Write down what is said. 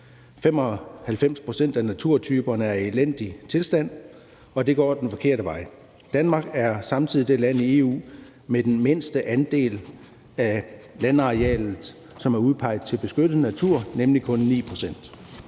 95 pct. af naturtyperne er i en elendig tilstand, og det går den forkerte vej. Danmark er samtidig det land i EU med den mindste andel af landbrugsarealet, som er udpeget til beskyttet natur, nemlig kun 9 pct.